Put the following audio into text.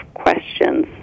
questions